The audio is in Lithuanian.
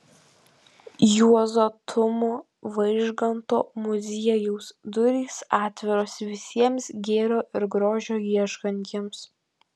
juozo tumo vaižganto muziejaus durys atviros visiems gėrio ir grožio ieškantiems